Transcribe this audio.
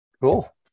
Cool